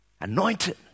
Anointed